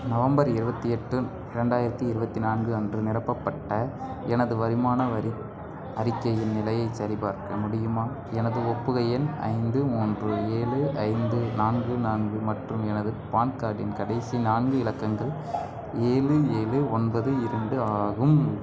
November இருபத்தி எட்டு ரெண்டாயிரத்தி இருபத்தி நான்கு அன்று நிரப்பப்பட்ட எனது வருமான வரி அறிக்கையின் நிலையைச் சரிபார்க்க முடியுமா எனது ஒப்புகை எண் ஐந்து மூன்று ஏழு ஐந்து நான்கு நான்கு மற்றும் எனது பான் கார்டின் கடைசி நான்கு இலக்கங்கள் ஏழு ஏழு ஒன்பது இரண்டு ஆகும்